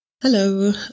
Hello